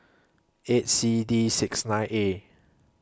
eight C D six nine A